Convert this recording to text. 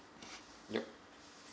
yup